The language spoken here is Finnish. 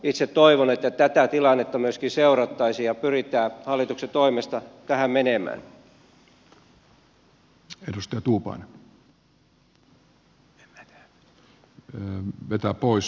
itse toivon että tätä tilannetta myöskin seurattaisiin ja pyritään hallituksen toimesta tähän menemään